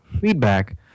feedback